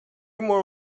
more